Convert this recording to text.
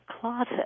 closet